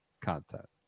content